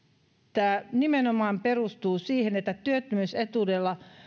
tämä nimenomaan perustuu siihen että työttömyysetuudella